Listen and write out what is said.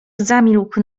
zamilkł